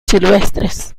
silvestres